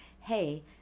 hey